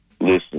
Listen